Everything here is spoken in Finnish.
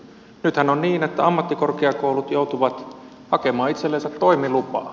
nythän on niin että ammattikorkeakoulut joutuvat hakemaan itsellensä toimilupaa